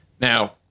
Now